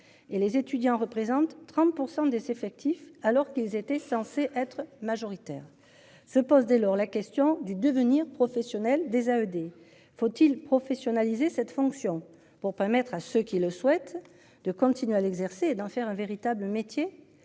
Et les étudiants représentent 30% des effectifs alors qu'ils étaient censés être majoritaire. Se pose dès lors la question du devenir professionnel des ED. Faut-il professionnaliser cette fonction pour permettre à ceux qui le souhaitent de continuer à l'exercer d'en faire un véritable métier.